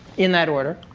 in that order,